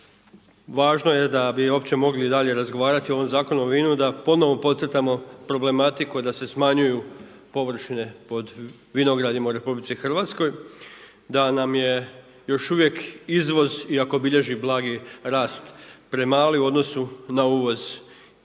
Važno je da bi uopće mogli dalje razgovarati o ovom Zakonu o vinu da ponovno podcrtamo problematiku da se smanjuju površine pod vinogradima u RH, da nam je još uvijek izvoz iako bilježi blagi rast premali u odnosu na uvoz.